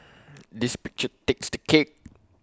this picture takes the cake